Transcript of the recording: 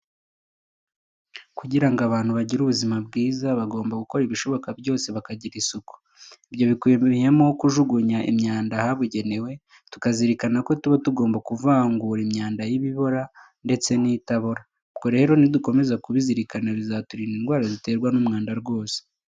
Kugira ngo abantu bagire ubuzima bwiza, bagomba gukora ibishoboka byose bakagira isuku. Ibyo bikubiyemo kujugunya imyanda ahabugenewe, tukazirikana ko tuba tugomba kuvangura imyanda y'ibibora ndetse n'ibitabora. Ubwo rero nidukomeza kubirikana bizaturinda indwara ziterwa n'umwanda rwose.